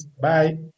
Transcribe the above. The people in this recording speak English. Bye